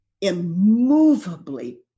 immovably